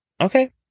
okay